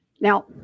Now